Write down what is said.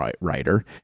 writer